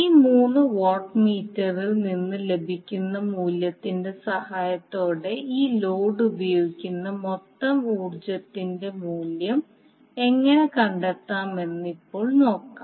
ഈ മൂന്ന് വാട്ട് മീറ്ററിൽ നിന്ന് ലഭിക്കുന്ന മൂല്യത്തിന്റെ സഹായത്തോടെ ഈ ലോഡ് ഉപയോഗിക്കുന്ന മൊത്തം ഊർജ്ജത്തിന്റെ മൂല്യം എങ്ങനെ കണ്ടെത്താമെന്ന് ഇപ്പോൾ നോക്കാം